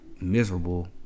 miserable